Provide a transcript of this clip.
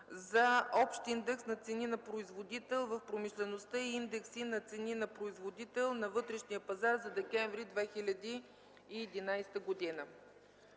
за общ индекс и цени на производител в промишлеността и индекси на цени на производител на вътрешния пазар за декември 2011 г.